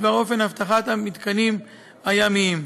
בדבר אופן אבטחת המתקנים הימיים.